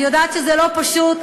אני יודעת שזה לא פשוט,